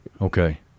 Okay